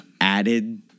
...added